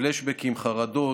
פלאשבקים, חרדות,